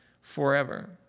forever